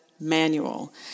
manual